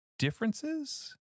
differences